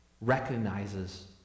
recognizes